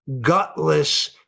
gutless